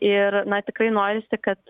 ir na tikrai norisi kad